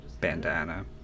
bandana